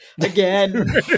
again